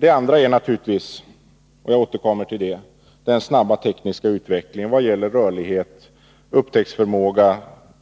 Det andra är naturligtvis — jag återkommer till det — den snabba tekniska utvecklingen vad gäller rörlighet, upptäcktsförmåga